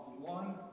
one